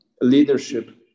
leadership